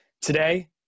Today